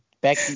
back